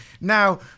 Now